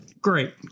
Great